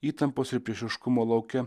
įtampos ir priešiškumo lauke